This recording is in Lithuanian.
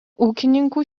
ūkininkų